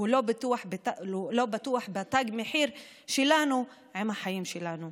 הוא לא בטוח בתג המחיר שלנו והחיים שלנו.